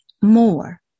more